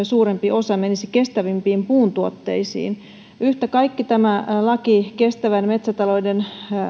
suurempi osa menisi kestävämpiin puutuotteisiin yhtä kaikki tämä laki kestävän metsätalouden